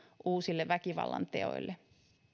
uusille väkivallanteoille